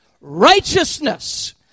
Righteousness